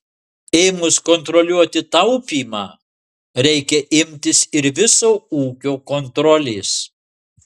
ėmus kontroliuoti taupymą reikia imtis ir viso ūkio kontrolės